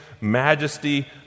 majesty